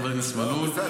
חבר הכנסת מלול.